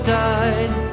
died